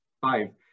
five